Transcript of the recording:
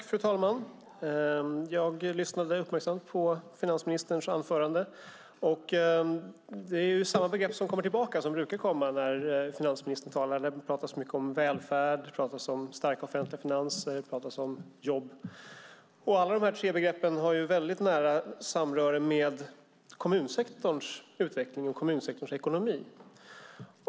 Fru talman! Jag lyssnade uppmärksamt på finansministerns anförande. Det är samma begrepp som kommer tillbaka som brukar komma när finansministern talar. Det pratas mycket om välfärd, om starka offentliga finanser och om jobb. Alla dessa tre begrepp har väldigt nära samröre med kommunsektorns utveckling och kommunsektorns ekonomi.